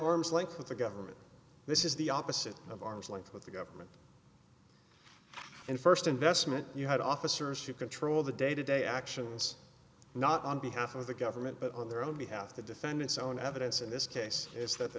arm's length with the government this is the opposite of arm's length with the government in first investment you had officers who control the day to day actions not on behalf of the government but on their own behalf the defendant's own evidence in this case is that the